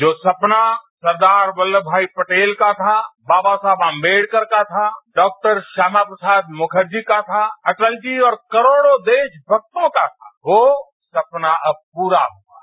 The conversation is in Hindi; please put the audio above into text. जो सपना सरदार वत्लम भाई पटेल का था बाबा साहेब अंबेडकर का था डॉ श्यामा प्रसादमुखर्जी का था अटल जी और करोड़ो देरा भक्तों का था वो सपना अब प्रता हथा है